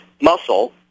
muscle